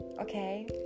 okay